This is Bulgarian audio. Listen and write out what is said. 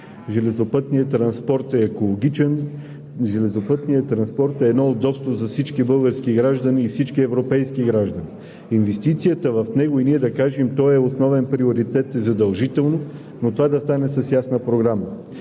железопътният транспорт е едно удобство за всички български граждани и всички европейски граждани. Инвестицията в него, и ние да кажем: той е основен приоритет задължително, но това да стане с ясна програма.